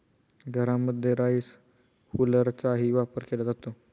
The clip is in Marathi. घरांमध्ये राईस हुलरचाही वापर केला जातो